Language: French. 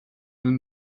nous